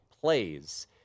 plays